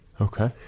Okay